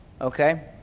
okay